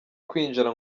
kwinjira